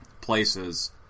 places